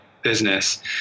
business